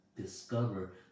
discover